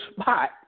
spot